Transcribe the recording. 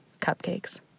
cupcakes